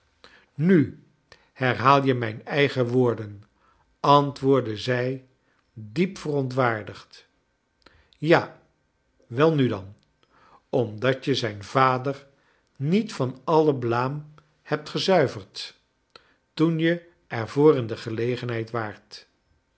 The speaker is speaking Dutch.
nu herhaal je mijn eigen woorden antwoordde zij diep verontwaardigd ja welnu dan i omdat je zijn vader niet van alle blaam hebt gezuiverd toen je er voor in de gelegenheid waart